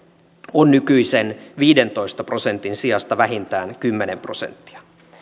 on nykyisen viidentoista prosentin sijasta vähintään kymmenen prosenttia